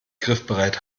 griffbereit